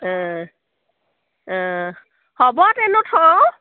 অঁ অঁ হ'ব তেনে থওঁ